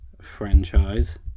franchise